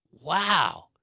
wow